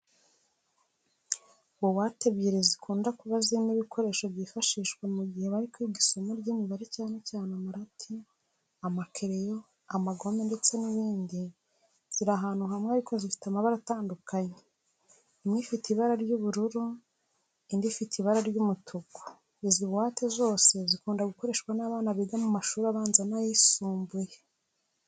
Buwate ebyiri zikunda kuba zirimo ibikoresho byifashishwa mu gihe bari kwiga isomo ry'imibare cyane cyane amarati, amakereyo, amagome ndetse n'ibindi ziri ahantu hamwe ariko zifite amabara atandukanye. Imwe ifite ibara ry'ubururu, indi ifite ibara ry'umutuku. Izi buwate zose zikunda gukoreshwa n'abana biga mu mashuri abanza n'ayisumbuye.